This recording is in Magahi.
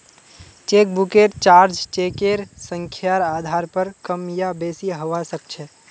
चेकबुकेर चार्ज चेकेर संख्यार आधार पर कम या बेसि हवा सक्छे